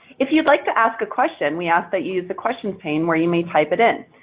if you would like to ask a question, we ask that you use the questions pane, where you may type it in.